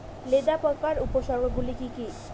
লেদা পোকার উপসর্গগুলি কি কি?